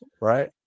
Right